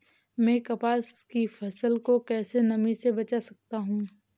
मैं कपास की फसल को कैसे नमी से बचा सकता हूँ?